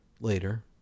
Later